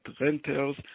renters